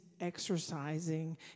exercising